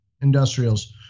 Industrials